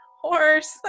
horse